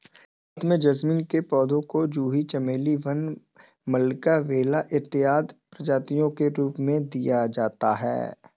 भारत में जैस्मीन के पौधे को जूही चमेली वन मल्लिका बेला इत्यादि प्रजातियों के रूप में देखा जाता है